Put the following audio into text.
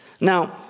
Now